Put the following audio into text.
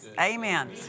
Amen